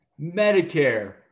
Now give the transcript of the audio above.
medicare